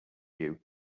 you